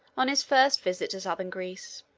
on his first visit to southern greece